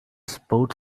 sport